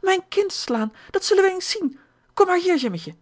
mijn kind slaan dat zullen we eens zien kom maar hier